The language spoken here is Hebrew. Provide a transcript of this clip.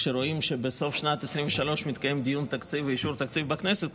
כשרואים שבסוף שנת 2023 מתקיים דיון תקציב ואישור תקציב בכנסת,